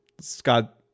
Scott